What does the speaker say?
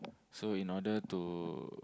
so in order to